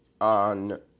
on